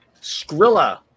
Skrilla